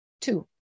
Two